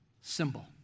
symbol